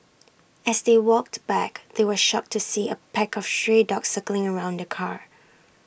as they walked back they were shocked to see A pack of stray dogs circling around the car